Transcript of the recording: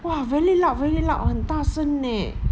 !wah! very loud very loud 很大声 leh